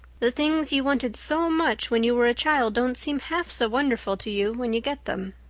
the things you wanted so much when you were a child don't seem half so wonderful to you when you get them.